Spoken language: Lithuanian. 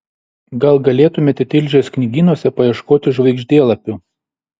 gal galėtumėte tilžės knygynuose paieškoti žvaigždėlapių